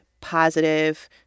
positive